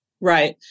Right